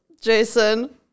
Jason